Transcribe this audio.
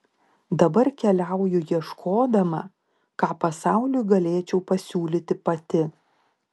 dabar keliauju ieškodama ką pasauliui galėčiau pasiūlyti pati